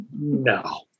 No